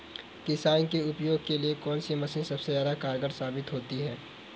किसान के उपयोग के लिए कौन सी मशीन सबसे ज्यादा कारगर साबित होती है?